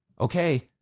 okay